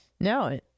No